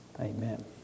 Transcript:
Amen